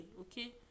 okay